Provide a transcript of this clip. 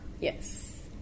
Yes